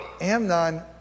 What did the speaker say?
Amnon